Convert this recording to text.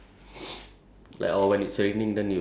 but like act like as cool like